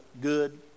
good